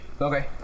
Okay